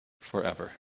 forever